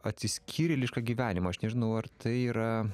atsiskyrėlišką gyvenimą aš nežinau ar tai yra